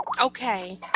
Okay